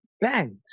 bangs